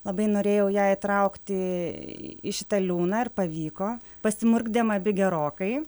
labai norėjau ją įtraukti į šitą liūną ir pavyko pasimurgdėm abi gerokai